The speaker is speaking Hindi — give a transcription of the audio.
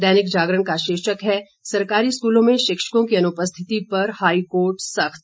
दैनिक जागरण का शीर्षक है सरकारी स्कूलों में शिक्षकों की अनुपस्थिति पर हाईकोर्ट सख्त